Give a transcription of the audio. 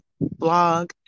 blog